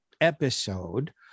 Episode